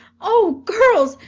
oh, girls,